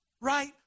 Right